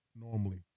normally